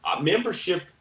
membership